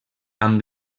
amb